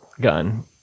gun